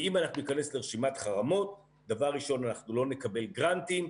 ואם אנחנו ניכנס לרשימת חרמות דבר ראשון אנחנו לא נקבל גרנטים,